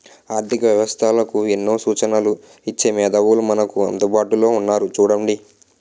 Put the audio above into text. ఆర్థిక వ్యవస్థలకు ఎన్నో సూచనలు ఇచ్చే మేధావులు మనకు అందుబాటులో ఉన్నారు చూడండి